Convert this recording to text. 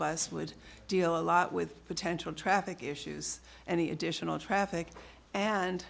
bus would deal a lot with potential traffic issues and the additional traffic and